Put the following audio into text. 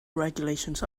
regulations